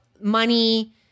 money